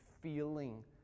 feeling